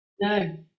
No